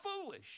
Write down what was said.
foolish